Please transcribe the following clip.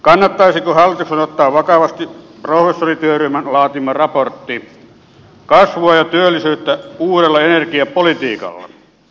kannattaisiko hallituksen ottaa vakavasti professorityöryhmän laatima raportti kasvua ja työllisyyttä uudella energiapolitiikalla